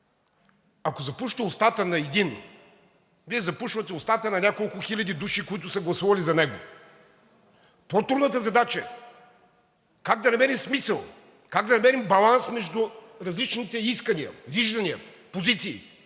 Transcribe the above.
Ако запушите устата на един, Вие запушвате устата на няколко хиляди души, които са гласували за него. По-трудната задача е как да намерим смисъл, как да намерим баланс между различните искания, виждания, позиции,